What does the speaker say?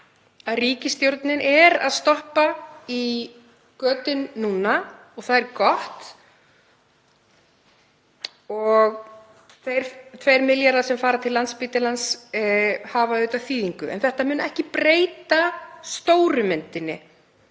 að ríkisstjórnin er að stoppa í götin núna og það er gott og þeir 2 milljarðar sem fara til Landspítalans hafa auðvitað þýðingu. En þetta mun ekki breyta stóru myndinni,